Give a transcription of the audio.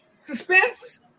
suspense